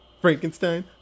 Frankenstein